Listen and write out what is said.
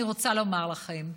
אני רוצה לומר לכם,